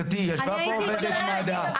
אני הייתי אצלכם,